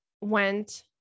went